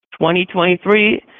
2023